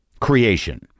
creation